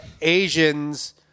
Asians